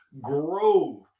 growth